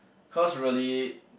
cause really